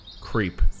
creep